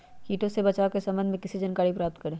किटो से बचाव के सम्वन्ध में किसी जानकारी प्राप्त करें?